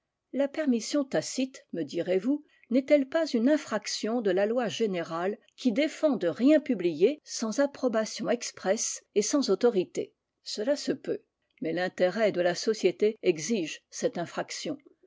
la permission tacite me direz-vous n'est-elle pas une infraction de la loi générale qui défend de rien publier sans approbation expresse et sans autorité cela se peut mais l'intérêt de la société exige cette infraction